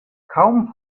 kaum